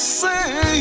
say